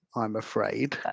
i'm afraid.